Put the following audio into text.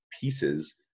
pieces